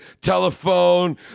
Telephone